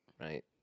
Right